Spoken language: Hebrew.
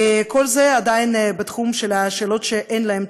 כל זה עדיין בתחום השאלות שאין עליהן תשובה.